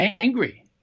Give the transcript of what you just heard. angry